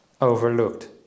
overlooked